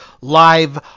live